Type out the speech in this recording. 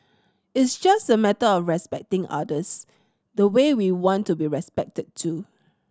it's just a matter of respecting others the way we want to be respected too